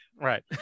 Right